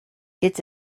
its